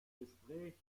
gespräch